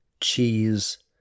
cheese